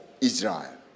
Israel